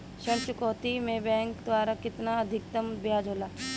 ऋण चुकौती में बैंक द्वारा केतना अधीक्तम ब्याज होला?